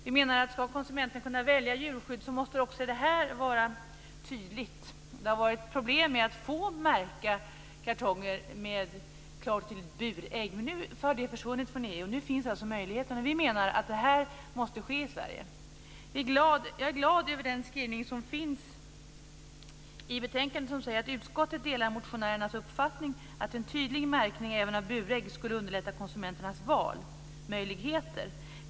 Vi menar att om konsumenten ska kunna välja djurskydd, måste denna märkning vara tydlig. Det har varit problem med att få till stånd märkning av kartonger med burägg, men nu har de svårigheterna försvunnit inom EU, och nu finns alltså den möjligheten. Vi menar att det här måste ske i Sverige. Jag är glad över betänkandets skrivning att "utskottet delar motionärernas uppfattning att en tydlig märkning även av burägg skulle underlätta konsumenternas valmöjligheter.